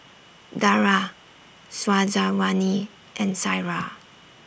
Dara Syazwani and Syirah